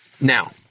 Now